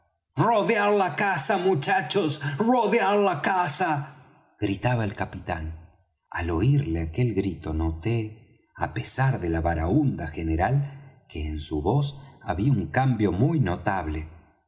rodear la casa muchachos rodear la casa gritaba el capitán al oirle aquel grito noté á pesar de la barahunda general que en su voz había un cambio muy notable